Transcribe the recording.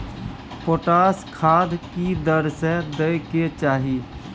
Potash खाद की दर से दै के चाही?